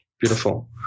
Beautiful